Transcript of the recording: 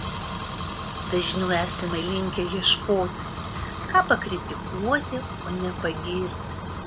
dažniau esame linkę ieškoti ką pakritikuoti o ne pagirti